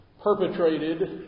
perpetrated